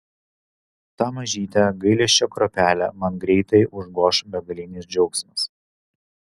tą mažytę gailesčio kruopelę man greitai užgoš begalinis džiaugsmas